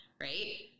right